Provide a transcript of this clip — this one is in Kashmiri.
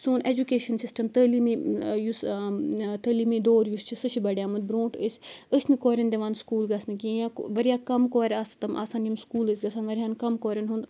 سون اٮ۪جُکیشَن سِسٹَم تٲلیٖمی یُس تٲلیٖمی دور یُس چھِ سُہ چھِ بڑیامُت برونٛٹھ ٲسۍ ٲسۍ نہٕ کورٮ۪ن دِوان سکوٗل گژھنہٕ کِہِیٖنۍ یا واریاہ کَم کورِ آسہٕ تِم آسان یِم سکوٗل ٲسۍ گژھان واریاہَن کَم کورٮ۪ن ہُنٛد